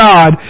God